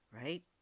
right